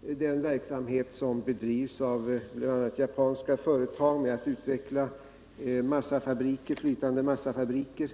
den verksamhet som bedrivs av bl.a. japanska företag med att utveckla flytande massafabriker.